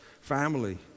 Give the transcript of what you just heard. family